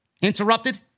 interrupted